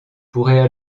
pourraient